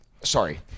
Sorry